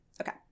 Okay